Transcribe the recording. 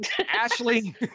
Ashley